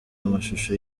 amashusho